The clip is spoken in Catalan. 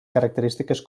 característiques